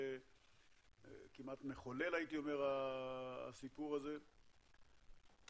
כמעט מחולל הסיפור הזה הייתי אומר,